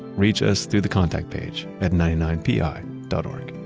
reach us through the contact page at ninety nine pi dot o r g